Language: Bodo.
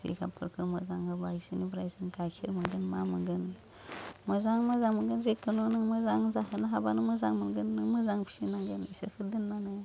जिगाबफोरखौ मोजां होबा इसोरनिफ्राय जों गाइखेर मोनगोन मा मोनगोन मोजां मोजां मोनगोन जिखुनु नों मोजां जाहोनो हाबानो मोजां मोनगोन नों मोजां फिसिनांगोन इसोरखो दोननानै